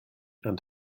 and